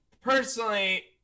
personally